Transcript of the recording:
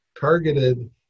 targeted